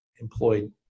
employed